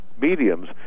mediums